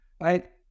right